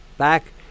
Back